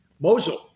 Mosul